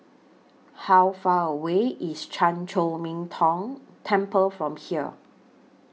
How Far away IS Chan Chor Min Tong Temple from here